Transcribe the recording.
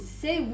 say